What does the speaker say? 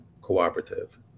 cooperative